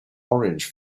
orange